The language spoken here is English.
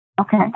Okay